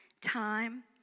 Time